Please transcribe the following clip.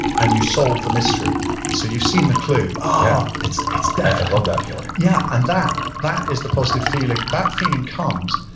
and you solve the mystery so you've seen the clue. ah, it's it's that i love that feeling yeah and that, that is the positive feeling. that feeling comes,